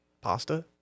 Pasta